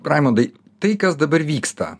raimondai tai kas dabar vyksta